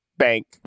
bank